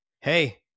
Hey